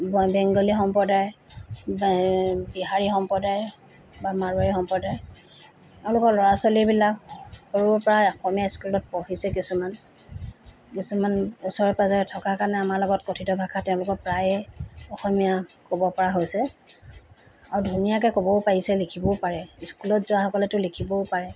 বা বেংগলী সম্প্ৰদায় বা বিহাৰী সম্প্ৰদায় বা মাৰোৱাৰী সম্প্ৰদায় এওঁলোকৰ ল'ৰা ছোৱালীবিলাক সৰুৰপৰাই অসমীয়া স্কুলত পঢ়িছে কিছুমান কিছুমান ওচৰ পাঁজৰে থকা কাৰণে আমাৰ লগত কথিত ভাষাতে তেওঁলোকৰ প্ৰায়ে অসমীয়া ক'ব পৰা হৈছে আৰু ধুনীয়াকৈ ক'বও পাৰিছে লিখিবও পাৰে স্কুলত যোৱা সকলেতো লিখিবও পাৰে